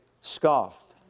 scoffed